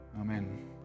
Amen